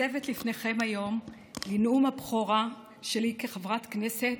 לפניכם היום בנאום הבכורה שלי כחברת כנסת,